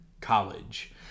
College